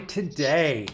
today